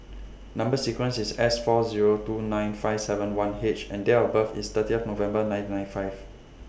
Number sequence IS S four Zero two nine five seven one H and Date of birth IS thirty of November nineteen ninety five